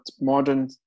modern